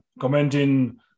commenting